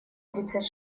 тридцать